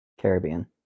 caribbean